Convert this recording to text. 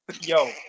Yo